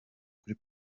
kuri